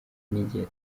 n’igihe